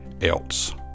else